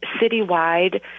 citywide